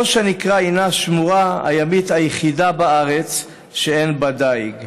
ראש הנקרה היא השמורה הימית היחידה בארץ שאין בה דיג.